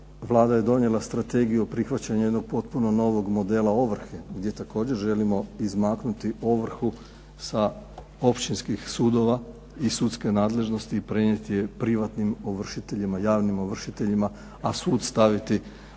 Vlada je donijela strategiju o prihvaćanju jednog potpuno novog modela ovrhe, gdje također želimo izmaknuti ovrhu sa općinskih sudova i sudske nadležnosti i prenijeti je privatnim ovršiteljima, javnim ovršiteljima, a sud staviti zapravo